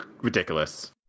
ridiculous